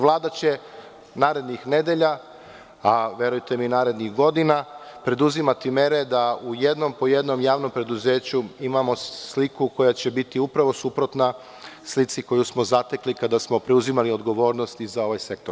Vlada će narednih nedelja, a verujte mi i narednih godina, preduzimati mere da u jednom po jednom javnom preduzeću imamo sliku koja će biti upravo suprotna slici koju smo zatekli kada smo preuzimali odgovornost i za ovaj sektor.